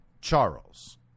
Charles